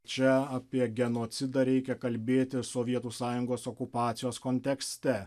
čia apie genocidą reikia kalbėti sovietų sąjungos okupacijos kontekste